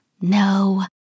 No